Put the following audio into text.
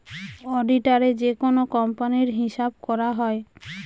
অডিটারে যেকোনো কোম্পানির হিসাব করা হয়